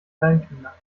kleinkinder